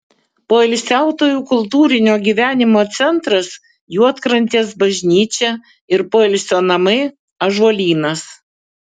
poilsiautojų kultūrinio gyvenimo centras juodkrantės bažnyčia ir poilsio namai ąžuolynas